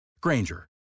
Granger